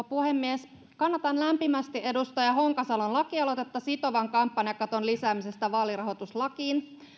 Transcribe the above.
puhemies kannatan lämpimästi edustaja honkasalon lakialoitetta sitovan kampanjakaton lisäämisestä vaalirahoituslakiin